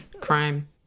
crime